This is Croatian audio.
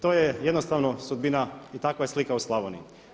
To je jednostavno sudbina i takva je slika u Slavoniji.